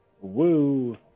Woo